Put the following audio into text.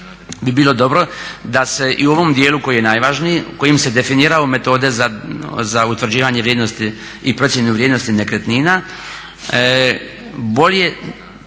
bi bilo dobro da se i u ovom dijelu koji je najvažniji, kojim se definiralo metode za utvrđivanje vrijednosti i procjenu vrijednosti nekretnina bolje